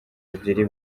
ebyiri